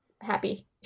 happy